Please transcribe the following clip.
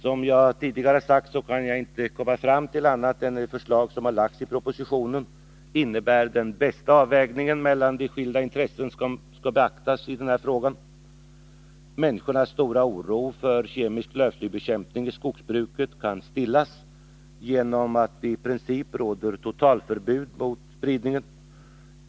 Som jag tidigare sagt kan jag inte komma fram till annat än att det förslag som lagts i propositionen innebär den bästa avvägningen mellan de skilda intressen som skall beaktas i den här frågan. Människors stora oro för kemisk lövslybekämpning i skogsbruket kan stillas genom att man framhåller att det i princip råder totalförbud mot spridning.